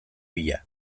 bila